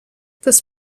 das